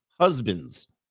husbands